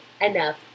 enough